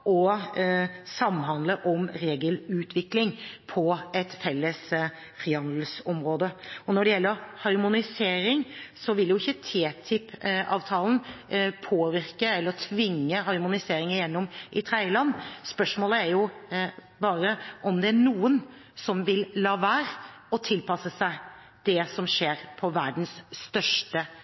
samhandle om regelutvikling på et felles frihandelsområde. Og når det gjelder harmonisering, vil ikke TTIP-avtalen påvirke eller tvinge harmonisering igjennom i tredjeland, spørsmålet er bare om det er noen som vil la være å tilpasse seg det som skjer på verdens største